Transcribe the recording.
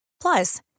Plus